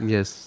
Yes